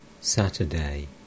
Saturday